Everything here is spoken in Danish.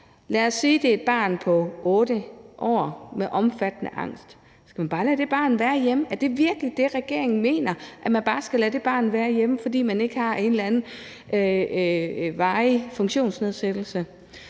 Lad os sige, at der er tale om et barn på 8 år med omfattende angst. Skal man bare lade det barn være hjemme? Er det virkelig det, regeringen mener, altså at man bare skal lade det barn være hjemme, fordi det ikke har en eller anden varig funktionsnedsættelse?